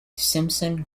simpson